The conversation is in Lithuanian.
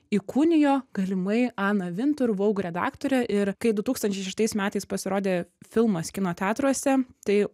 įkūnijo galimai aną vintur voug redaktorę ir kai du tūkstančiai šeštais metais pasirodė filmas kino teatruose tai